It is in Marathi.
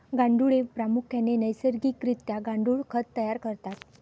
गांडुळे प्रामुख्याने नैसर्गिक रित्या गांडुळ खत तयार करतात